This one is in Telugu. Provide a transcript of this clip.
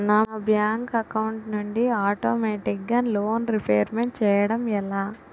నా బ్యాంక్ అకౌంట్ నుండి ఆటోమేటిగ్గా లోన్ రీపేమెంట్ చేయడం ఎలా?